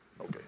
okay